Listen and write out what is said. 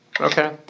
Okay